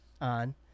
on